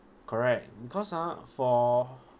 correct because ah for